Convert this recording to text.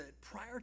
prior